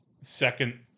second